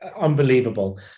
unbelievable